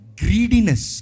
greediness